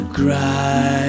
cry